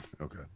okay